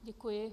Děkuji.